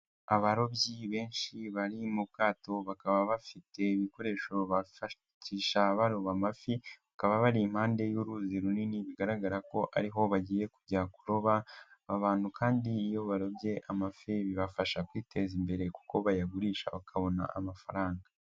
Abarobyi benshi bari mu bwato, bakaba bafite ibikoresho bifashisha baroba amafi, bakaba bari impande y'uruzi runini, bigaragara ko ariho bagiye kujya kuroba, abantu kandi iyo barobye amafi, bibafasha kwiteza imbere kuko bayagurisha bakabona amafaranga.